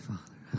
Father